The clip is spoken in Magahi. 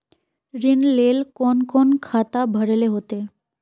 ऋण लेल कोन कोन खाता भरेले होते?